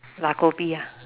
拉 kopi ah